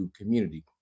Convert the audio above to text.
community